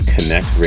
Connect